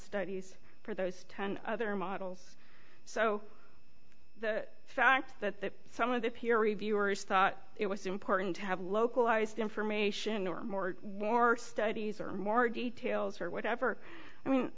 studies for those ten other models so the fact that some of the peer reviewers thought it was important to have localized information or more more studies or more details or whatever